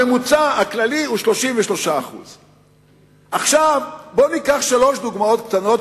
הממוצע הכללי הוא 33%. בואו ניקח שלוש דוגמאות קטנות,